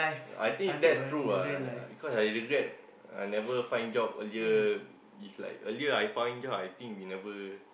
I think that's true ah because I regret I never find job earlier is like earlier I find job I think we never